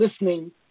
listening